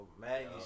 Maggie